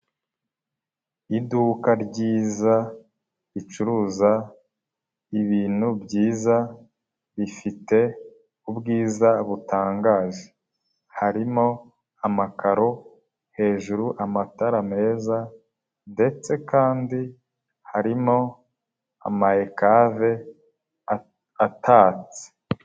Iduka ryiza ricuruza ibintu byiza bifite ubwiza butangaje, harimo amakaro hejuru amatara meza ndetse kandi harimo ama ekave atatse.